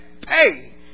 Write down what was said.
pay